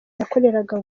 yakoreraga